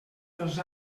dels